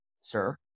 sir